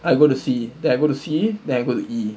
I got to C then I go to C then I go to E